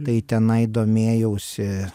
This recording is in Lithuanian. tai tenai domėjausi